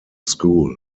school